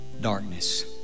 darkness